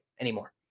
anymore